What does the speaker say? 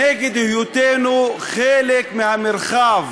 נגד היותנו חלק מהמרחב,